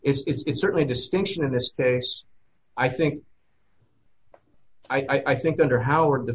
it's certainly distinction in this case i think i think under howard